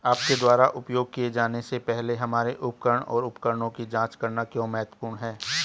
आपके द्वारा उपयोग किए जाने से पहले हमारे उपकरण और उपकरणों की जांच करना क्यों महत्वपूर्ण है?